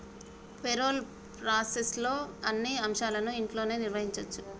payroll ప్రాసెస్లోని అన్ని అంశాలను ఇంట్లోనే నిర్వహించచ్చు